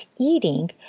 eating